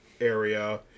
area